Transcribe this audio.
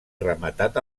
rematat